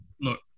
Look